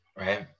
right